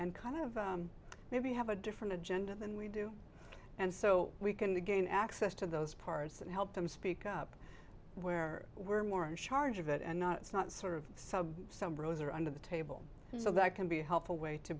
and kind of maybe have a different agenda than we do and so we can gain access to those parts and help them speak up where we're more in charge of it and not it's not sort of sub sub rosa or under the table so that can be a helpful way to